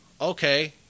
okay